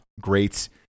great